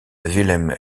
wilhelm